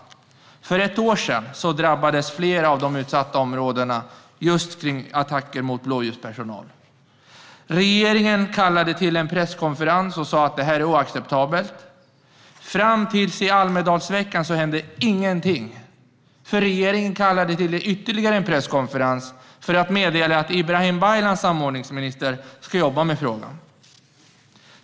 Jo, för ett år sedan drabbades flera av de utsatta områdena av attacker mot just blåljuspersonal. Regeringen kallade till presskonferens och sa att det här är oacceptabelt. Fram till Almedalsveckan hände ingenting. Då kallade regeringen till presskonferens igen för att meddela att Ibrahim Baylan, samordningsminister, ska jobba med frågan.